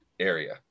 area